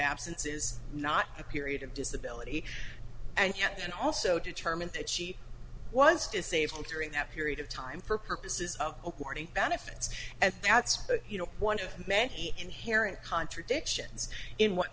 absence is not a period of disability and yet and also determined that she was disabled during that period of time for purposes of benefits and that's one of many inherent contradictions in what